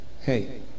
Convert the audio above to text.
Hey